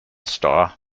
star